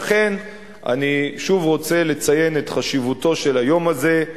לכן אני רוצה לציין שוב את חשיבותו של היום הזה.